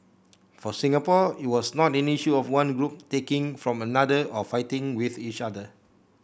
for Singapore it was not an issue of one group taking from another or fighting with each other